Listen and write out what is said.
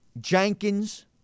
Jenkins